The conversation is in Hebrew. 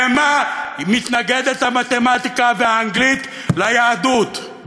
במה מתנגדות המתמטיקה והאנגלית ליהדות?